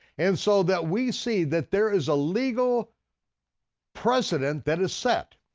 and so that we see that there is a legal precedent that is set,